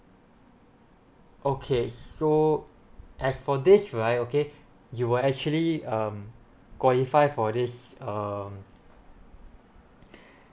okay so as for this right okay you will actually um qualify for this um